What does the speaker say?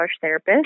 therapist